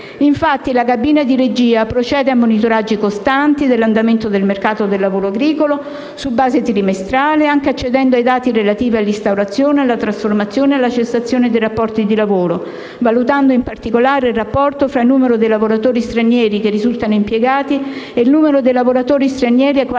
Infatti, la cabina di regia procede a monitoraggi costanti dell'andamento del mercato del lavoro agricolo su base trimestrale anche accedendo ai dati relativi all'instaurazione, trasformazione e cessazione dei rapporti di lavoro, valutando in particolare il rapporto tra il numero dei lavoratori stranieri che risultano impiegati e il numero dei lavoratori stranieri ai quali è stato rilasciato